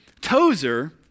Tozer